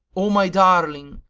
o my darling!